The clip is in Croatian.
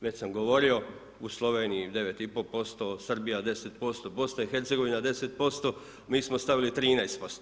Već sam govorio u Sloveniji 9,5%, Srbija 10%, BiH 10%, mi smo stavili 13%